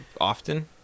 often